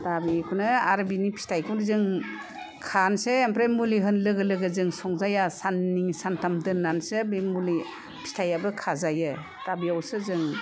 दा बेखौनो आरो बेनि फिथाइखौनो जों खानसै ओमफ्राय मुलि होन लोगो लोगो जों संजाया साननै सानथाम दोननानैसो बे मुलि फिथाइआबो खाजायो दा बेयावसो जों